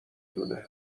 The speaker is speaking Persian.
دونه